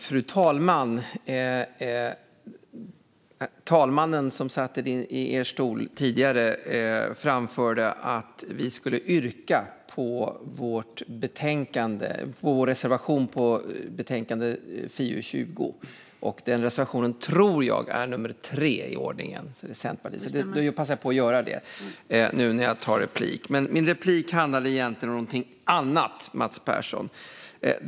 Fru talman! Talmannen framförde tidigare att vi skulle yrka bifall till vår reservation i betänkande FiU20. Jag tror att det är reservation nummer 3 i ordningen. Jag passar på att göra det nu när jag tar replik, men den handlar egentligen om något annat, Mats Persson.